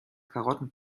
karotten